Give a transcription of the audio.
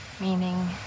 meaning